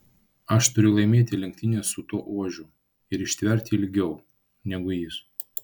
aš turiu laimėti lenktynes su tuo ožiu ir ištverti ilgiau negu jis